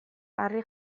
harri